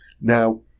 Now